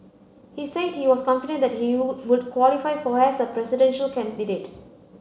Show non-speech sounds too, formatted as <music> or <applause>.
he said he was confident that he <unintelligible> would qualify for as a presidential candidate